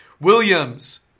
Williams